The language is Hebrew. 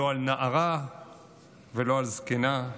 לא על נערה ולא על זקנה,